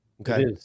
Okay